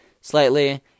slightly